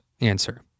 answer